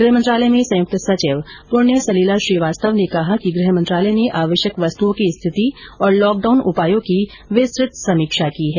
गृह मंत्रालय में संयुक्त सचिव पुण्य सलिला श्रीवास्तव ने कहा कि गृह मंत्रालय ने आवश्यक वस्तुओं की स्थिति और लॉकडाउन उपायों की विस्तृत समीक्षा की है